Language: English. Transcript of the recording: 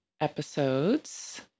episodes